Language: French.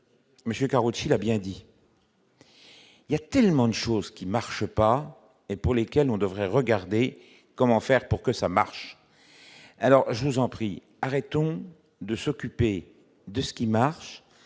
Karoutchi l'a bien dit, il y a tellement de choses qui ne marche pas et pour lesquels on devrait regarder comment faire pour que ça marche, alors je vous en prie, arrêtons de s'occuper de ce qui marche